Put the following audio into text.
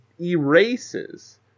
erases